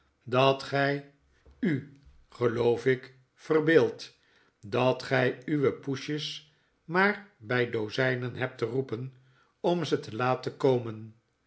dat gy u geloof ik verbeeidt dat gij uwe poesjes maar by dozijnen hebt te roepen om ze te laten komen